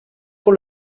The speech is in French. pour